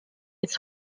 its